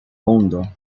mundo